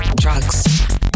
drugs